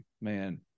man –